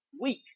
Weak